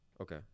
Okay